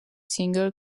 singer